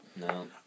No